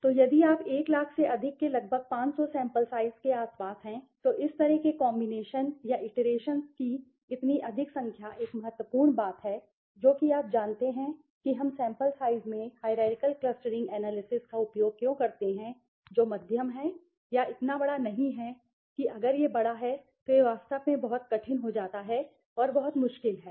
तो यदि आप 100000 से अधिक के लगभग 500 सैंपल साइज़ के आसपास हैं तो इस तरह के कॉम्बिनेशन या इटीरेशंस की इतनी अधिक संख्या एक महत्वपूर्ण बात है जो कि आप जानते हैं कि हम सैंपल साइज़ में हाईरारकिअल क्लस्टरिंग एनालिसिस का उपयोग क्यों करते हैं जो मध्यम है या इतना बड़ा नहीं है अगर यह बड़ा है तो यह वास्तव में बहुत कठिन हो जाता है और बहुत मुश्किल है